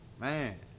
Man